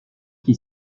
qui